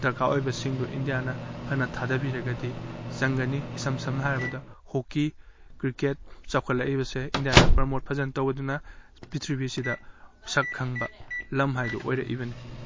ꯗꯔꯀꯥꯔ ꯑꯣꯏꯕꯁꯤꯡꯗꯨ ꯏꯟꯗꯤꯌꯥꯅ ꯐꯅ ꯊꯥꯗꯕꯤꯔꯒꯗꯤ ꯆꯪꯒꯅꯤ ꯏꯁꯝ ꯁꯝꯅ ꯍꯥꯏꯔꯕꯗ ꯍꯣꯛꯀꯤ ꯀ꯭ꯔꯤꯛꯀꯦꯠ ꯆꯥꯎꯈꯠꯂꯛꯂꯤꯕꯁꯦ ꯏꯟꯗꯤꯌꯥꯅ ꯄ꯭ꯔꯣꯃꯣꯠ ꯐꯖꯅ ꯇꯧꯕꯗꯨꯅ ꯄ꯭ꯔꯤꯊꯤꯕꯤꯁꯤꯗ ꯁꯛ ꯈꯪꯕ ꯂꯝ ꯍꯥꯏꯗꯨ ꯑꯣꯏꯔꯛꯂꯤꯛꯅꯤ